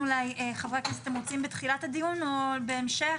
חברי הכנסת, אתם רוצים בתחילת הדיון או בהמשך?